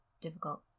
difficult